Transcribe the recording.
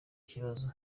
kibazo